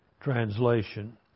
translation